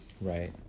Right